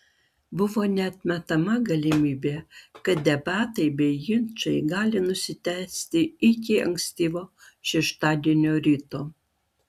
buvo neatmetama galimybė kad debatai bei ginčai gali nusitęsti iki ankstyvo šeštadienio ryto